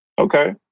Okay